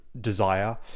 desire